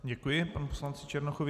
Děkuji panu poslanci Černochovi.